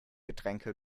getränke